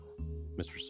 Mr